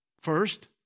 First